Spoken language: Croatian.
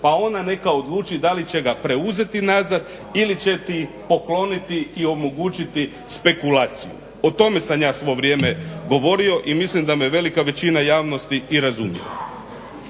pa ona neka odluči da li će ga preuzeti nazad ili će ti pokloniti i omogućiti spekulaciju. O tome sam ja svo vrijeme govorio i mislim da me velika većina javnosti i razumije.